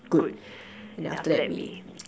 good and then after that we